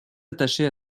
attaché